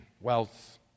wealth